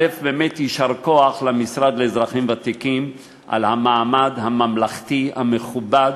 באמת יישר כוח למשרד לאזרחים ותיקים על המעמד הממלכתי המכובד